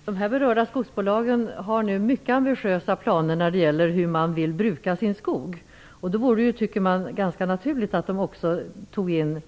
Fru talman! De berörda skogsbolagen har nu mycket ambitiösa planer för hur de skall bruka sin skog. Det vore då ganska naturligt att de tog in också